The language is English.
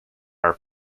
our